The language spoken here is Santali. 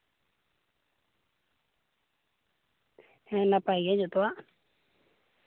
ᱦᱮᱸ ᱱᱟᱯᱟᱭ ᱜᱮᱭᱟ ᱡᱚᱛᱚᱣᱟᱜ